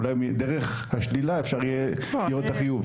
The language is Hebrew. אולי דרך השלילה אפשר יהיה לראות את החיוב.